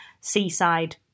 seaside